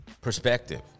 perspective